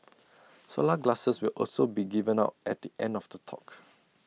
solar glasses will also be given out at the end of the talk